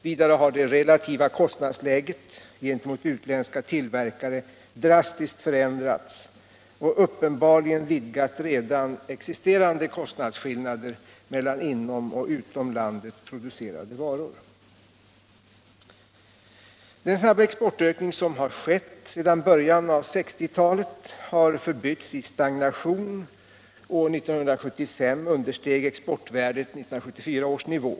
Vidare har det relativa kostnadsläget gentemot utländska tillverkare drastiskt förändrats och uppenbarligen vidgat redan existerande kostnadsskillnader mellan inom och utom landet producerade varor. Den snabba exportökning som har skett sedan början av 1960-talet har förbytts i stagnation. År 1975 understeg exportvärdet 1974 års nivå.